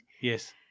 Yes